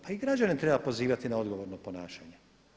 Pa i građane treba pozivati na odgovorno ponašanje.